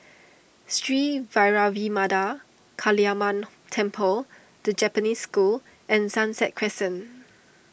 Sri Vairavimada Kaliamman Temple the Japanese School and Sunset Crescent